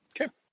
Okay